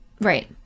Right